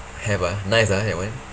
have ah nice ah that one